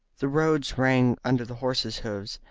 the roads rang under the horses' hoofs,